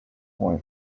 point